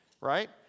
Right